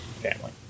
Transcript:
family